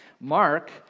Mark